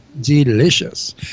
delicious